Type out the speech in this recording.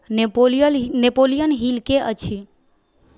Napoleon Napoleon हिलके अछि